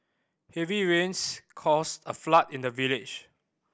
heavy rains caused a flood in the village